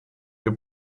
che